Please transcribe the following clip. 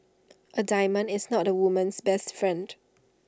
A diamond is not A woman's best friend